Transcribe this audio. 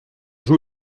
joué